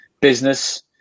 business